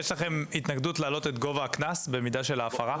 יש לכם התנגדות להעלות את גובה הקנס במידת ההפרה?